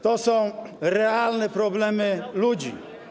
To są realne problemy ludzi.